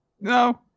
no